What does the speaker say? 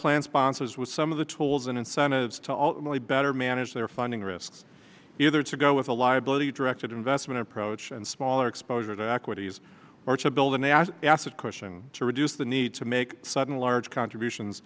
plan sponsors with some of the tools and incentives to ultimately better manage their funding risks either to go with a liability directed investment approach and smaller exposure to equities or to build an asset acid cushion to reduce the need to make sudden large contributions